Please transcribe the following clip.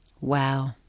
wow